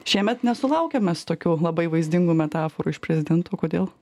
šiemet nesulaukėm mes tokių labai vaizdingų metaforų iš prezidento kodėl